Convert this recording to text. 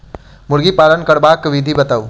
मुर्गी पालन करबाक विधि बताऊ?